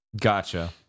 Gotcha